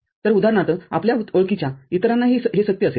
तर उदाहरणार्थआपल्या ओळखीच्या इतरांनाही हे सत्य असेल